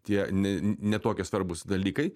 tie ne tokie svarbūs dalykai